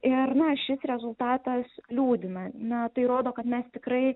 ir na šis rezultatas liūdina na tai rodo kad mes tikrai